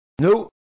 No